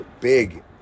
big